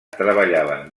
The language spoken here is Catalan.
treballaven